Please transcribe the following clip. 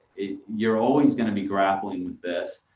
you're always going to be grappling with this.